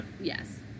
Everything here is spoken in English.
Yes